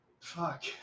Fuck